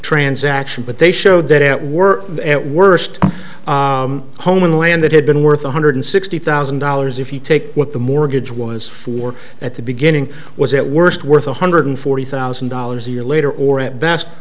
transaction but they showed that it were at worst home land that had been worth one hundred sixty thousand dollars if you take what the mortgage was for at the beginning was it worst worth one hundred forty thousand dollars a year later or at best